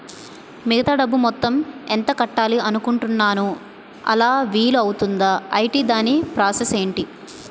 మిగతా డబ్బు మొత్తం ఎంత కట్టాలి అనుకుంటున్నాను అలా వీలు అవ్తుంధా? ఐటీ దాని ప్రాసెస్ ఎంటి?